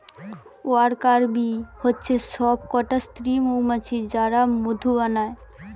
worker bee হচ্ছে সব কটা স্ত্রী মৌমাছি যারা মধু বানায়